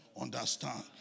understand